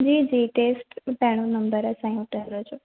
जी जी टेस्ट पहिरों नंबर असांजे होटल जो